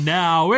now